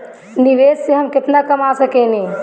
निवेश से हम केतना कमा सकेनी?